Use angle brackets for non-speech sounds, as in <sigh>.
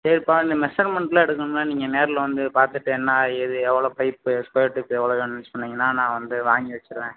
சரிபா இந்த மெஷர்மென்ட்லாம் எடுக்கணுன்னா நீங்கள் நேரில் வந்து பார்த்துட்டு என்ன ஏது எவ்வளோ பிரைசு ஸ்கொயர் <unintelligible> எவ்வளோ வேணும்ன்னு சொன்னிங்கன்னா நான் வந்து வாங்கி வச்சுடுவன்